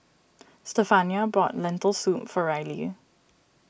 Stephania bought Lentil Soup for Reilly